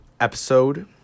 episode